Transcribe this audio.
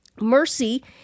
mercy